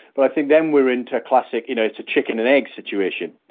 but i think then we are into a classic, you know, it's a chicken-and-egg situation.